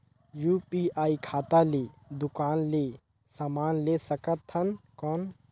UPI खाता ले दुकान ले समान ले सकथन कौन?